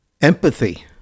Empathy